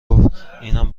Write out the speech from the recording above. گفت، اینم